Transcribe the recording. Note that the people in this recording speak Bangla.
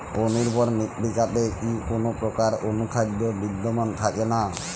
অনুর্বর মৃত্তিকাতে কি কোনো প্রকার অনুখাদ্য বিদ্যমান থাকে না?